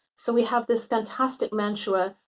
so we have this fantastic mantua,